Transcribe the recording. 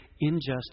injustice